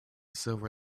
silver